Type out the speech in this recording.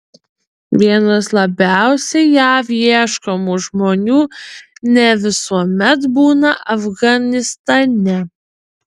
vienas labiausiai jav ieškomų žmonių ne visuomet būna afganistane